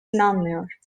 inanmıyor